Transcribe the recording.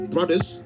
Brothers